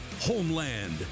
Homeland